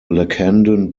lacandon